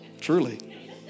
Truly